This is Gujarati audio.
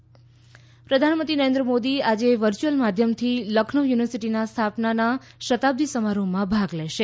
પ્રધાનમંત્રી લખનૌ પ્રધાનમંત્રી નરેન્દ્ર મોદી આજે વર્યુઅલ માધ્યમથી લખનઉ યુનિવર્સીટીના સ્થાપનાના શતાબ્દી સમારોહમાં ભાગ લેશે